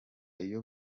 iyo